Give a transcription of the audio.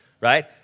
right